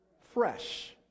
fresh